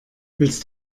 willst